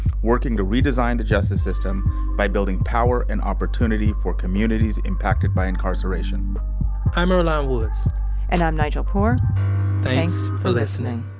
working to redesign the justice system by building power and opportunity for communities impacted by incarceration i'm earlonne woods and i'm nigel poor thanks for listening